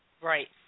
Right